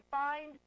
find